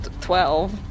Twelve